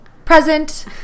Present